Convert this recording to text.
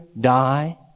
die